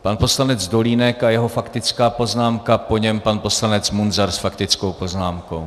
Pan poslanec Dolínek a jeho faktická poznámka, po něm pan poslanec Munzar s faktickou poznámkou.